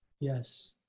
Yes